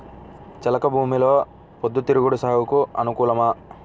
చెలక భూమిలో పొద్దు తిరుగుడు సాగుకు అనుకూలమా?